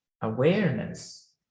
awareness